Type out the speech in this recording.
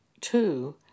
two